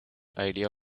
idea